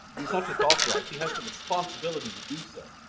and he's not just authorized he has the responsibility to do so.